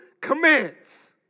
commands